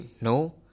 no